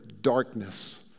darkness